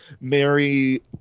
Mary